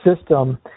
system